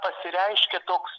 pasireiškia toks